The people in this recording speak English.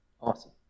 Awesome